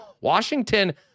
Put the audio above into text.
Washington